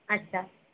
আচ্ছা